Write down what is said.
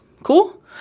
Cool